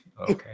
Okay